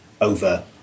over